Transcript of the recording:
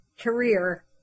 career